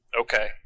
Okay